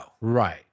Right